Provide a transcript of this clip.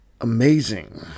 amazing